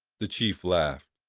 the chief laughed.